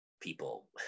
people